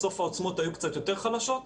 בסוף העוצמות היו קצת יותר חלשות.